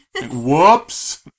Whoops